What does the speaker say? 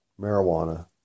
...marijuana